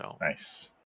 Nice